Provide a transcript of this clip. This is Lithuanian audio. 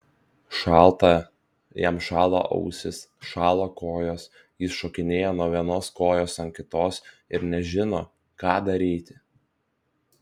šalta jam šąla ausys šąla kojos jis šokinėja nuo vienos kojos ant kitos ir nežino ką daryti